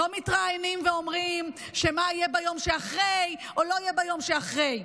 לא מתראיינים ואומרים מה יהיה ביום שאחרי או לא יהיה ביום שאחרי.